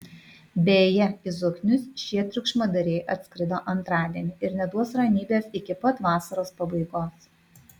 beje į zoknius šie triukšmadariai atskrido antradienį ir neduos ramybės iki pat vasaros pabaigos